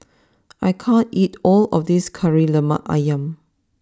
I can't eat all of this Kari Lemak Ayam